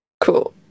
Cool